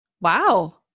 Wow